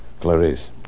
Clarice